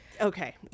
Okay